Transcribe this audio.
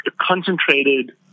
concentrated